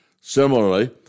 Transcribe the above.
Similarly